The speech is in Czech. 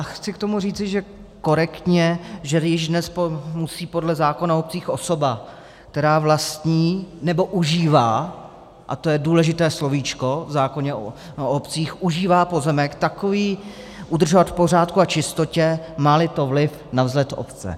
Chci k tomu říci, že korektně již dnes musí podle zákona o obcích osoba, která vlastní, nebo užívá a to je důležité slovíčko v zákoně o obcích užívá pozemek, takový udržovat v pořádku a čistotě, máli to vliv na vzhled obce.